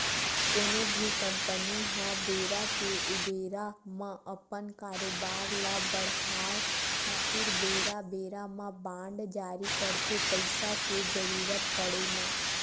कोनो भी कंपनी ह बेरा के ऊबेरा म अपन कारोबार ल बड़हाय खातिर बेरा बेरा म बांड जारी करथे पइसा के जरुरत पड़े म